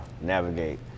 navigate